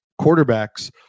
quarterbacks